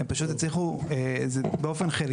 הן פשוט הצליחו באופן חלקי.